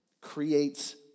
creates